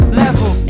level